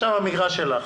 עכשיו המגרש שלך.